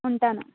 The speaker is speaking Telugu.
ఉంటాను